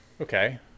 Okay